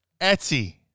Etsy